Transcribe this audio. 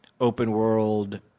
open-world